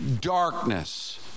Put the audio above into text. darkness